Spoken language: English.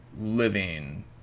living